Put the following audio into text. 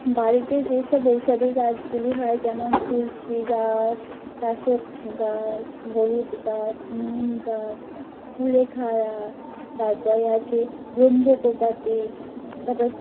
বাড়িতে যেসব ঔষধি গাছগুলি হয় যেমন তুলসী গাছ বাসক গাছ হলুদ গাছ নিম গাছ কুলেখাড়া তারপরে আছে ব্রহ্মকোবাটি তারপরে